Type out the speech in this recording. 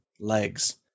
legs